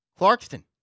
Clarkston